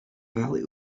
valley